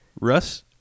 Russ